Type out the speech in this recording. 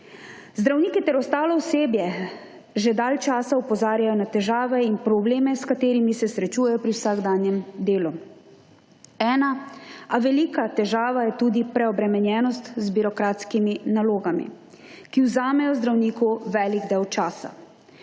Zdravniki ter ostalo osebje že dalj časa opozarjajo na težave in probleme, s katerimi se srečujejo pri vsakdanjem delu. Ena, a velika težava je tudi preobremenjenost z birokratskimi nalogami, ki vzamejo zdravniku velik del časa.